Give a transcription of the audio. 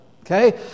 Okay